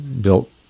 built